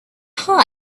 heart